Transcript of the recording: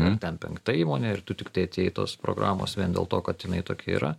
ar ten penkta įmonė ir tu tiktai atėjai tos programos vien dėl to kad jinai tokia yra